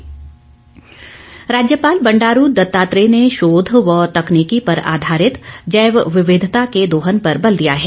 राज्यपाल राज्यपाल बंडारू दत्तात्रेय ने शोध व तकनीकी पर आधारित जैव विविधता के दोहन पर बल दिया है